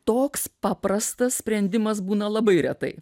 toks paprastas sprendimas būna labai retai